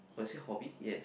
was it hobby yes